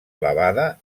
elevada